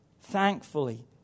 thankfully